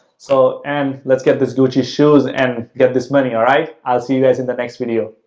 so and let's get this gucci shoes and get this money, alright? i'll see you guys in the next video.